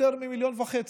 יותר ממיליון וחצי,